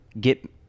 get